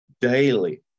daily